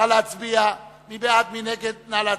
נא להצביע,